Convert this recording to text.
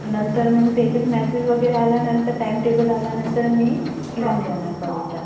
नंतर मग त्याच्यात मॅसेज वगैरे आल्यानंतर टाईम टेबल आल्यानंतर मी येऊन जाणार कॉलेजला